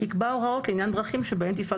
יקבע הוראות לעניין דרכים שבהן תפעל